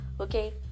okay